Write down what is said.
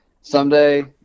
someday